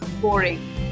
boring